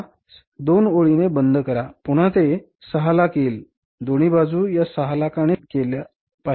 त्यास दोन ओळींनी बंद करा पुन्हा ते 600000 येईल दोन्ही बाजू या 600000 ने समान असल्या पाहिजेत